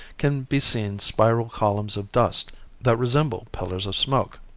can be seen spiral columns of dust that resemble pillars of smoke.